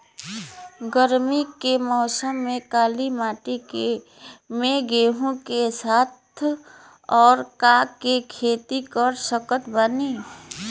गरमी के मौसम में काली माटी में गेहूँ के साथ और का के खेती कर सकत बानी?